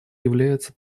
является